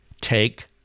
Take